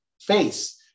face